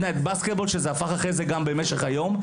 night basketball שזה הפך אחרי זה גם במשך היום.